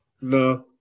no